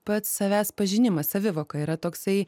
pats savęs pažinimas savivoka yra toksai